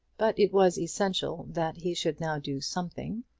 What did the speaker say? but it was essential that he should now do something,